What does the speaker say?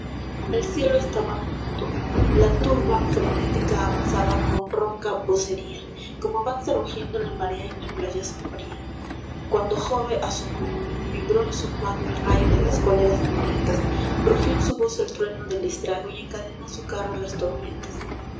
el cielo estaba mudo y la turba frenética avanzaba con ronca voceria como avanza rugiendo la marea en la playa sombria cuando jove asomó vibró en su mane el rayo de las cóleras sangrientas rugió en su voz el trueno del estra o y encadenó á su carro las tormentasl